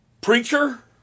preacher